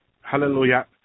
Hallelujah